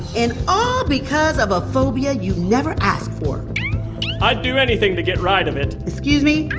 and all because of a phobia you never asked for i'd do anything to get ride of it excuse me?